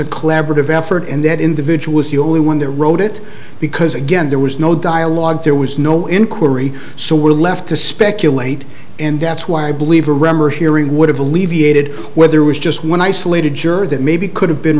collaborative effort and that individual is the only one that wrote it because again there was no dialogue there was no inquiry so we're left to speculate and that's why i believe the rember hearing would have alleviated where there was just one isolated sure that maybe could have been